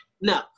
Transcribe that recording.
No